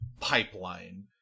pipeline